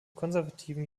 konservativen